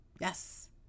yes